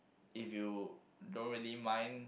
if you don't really mind